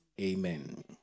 Amen